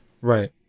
Right